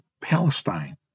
Palestine